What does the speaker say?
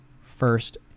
first